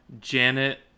Janet